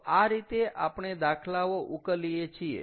તો આ રીતે આપણે દાખલાઓ ઉકેલીએ છીએ